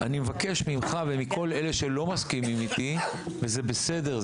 אני מבקש ממך ומכל אלה שלא מסכימים איתי וזה בסדר,